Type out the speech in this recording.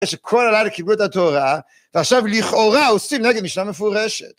שכל הלילה קיבלו את התורה, ועכשיו לכאורה עושים נגד משנה מפורשת.